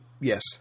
yes